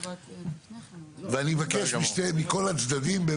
ואני מבקש מכל הצדדים,